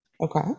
Okay